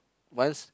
once